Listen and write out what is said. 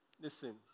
listen